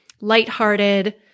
lighthearted